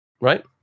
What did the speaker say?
right